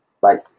Bye